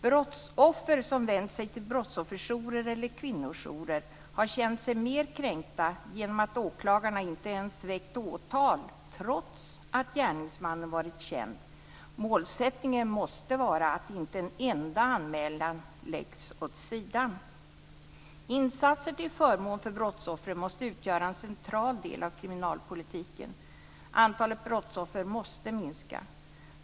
Brottsoffer som vänt sig till brottsofferjourer eller kvinnojourer har känt sig mer kränkta genom att åklagarna inte ens väckt åtal trots att gärningsmannen varit känd. Målsättningen måste vara att inte en enda anmälan läggs åt sidan. Insatser till förmån för brottsoffer måste utgöra en central del av kriminalpolitiken. Antalet brottsoffer måste minska.